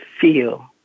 feel